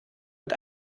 mit